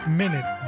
minute